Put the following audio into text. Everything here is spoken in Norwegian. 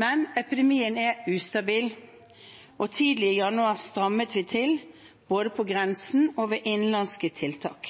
Men epidemien er ustabil. Tidlig i januar strammet vi til, både på grensen og ved innenlandske tiltak.